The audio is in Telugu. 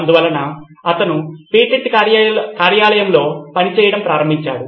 అందువలన అతను పేటెంట్ కార్యాలయంలో పనిచేయడం ప్రారంభించాడు